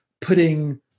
putting